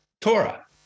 Torah